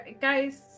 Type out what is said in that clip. Guys